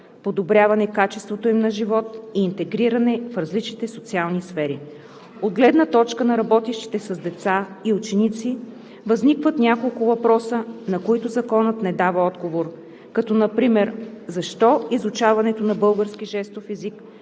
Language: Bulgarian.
подобряване качеството им на живот и интегриране в различните социални сфери. От гледна точка на работещите с деца и ученици възникват няколко въпроса, на които Законът не дава отговор, като например защо изучаването на български жестов език